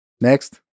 Next